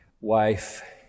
wife